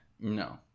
No